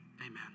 amen